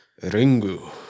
Ringu